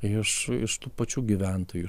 iš iš tų pačių gyventojų iš